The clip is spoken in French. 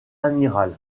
amiral